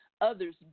others